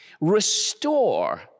Restore